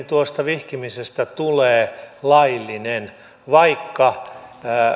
tuosta vihkimisestä tulee laillinen vaikka